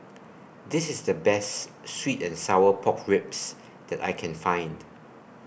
This IS The Best Sweet and Sour Pork Ribs that I Can Find